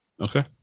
Okay